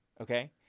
okay